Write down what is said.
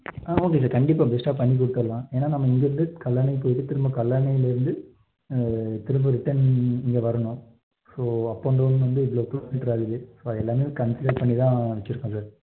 okay sir கண்டிப்பாக பெஸ்ட்டாக பண்ணி கொடுத்துருலாம் ஏன்னால் நம்ம இங்கேருந்து கல்லணை போயிட்டு திரும்ப கல்லணையிலேருந்து திரும்ப ரிட்டன் இங்கே வரனும் ஸோ அப் அன்ட் டவுன் வந்து இவ்வளோ கிலோ மீட்டராக இருக்குது ஸோ எல்லாமே கன்ஸிடர் பண்ணி தான் வச்சுருக்கோம் சார்